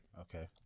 Okay